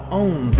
own